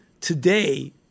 today